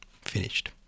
Finished